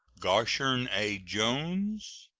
goshorn a. jones,